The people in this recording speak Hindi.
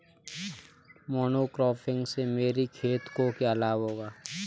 मोनोक्रॉपिंग से मेरी खेत को क्या लाभ होगा?